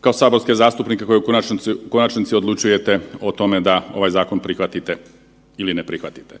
kao saborske zastupnike koji u konačnici odlučujete o tome da ovaj zakon prihvatite ili ne prihvatite.